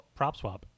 PropSwap